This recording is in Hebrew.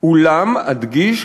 "אולם אדגיש",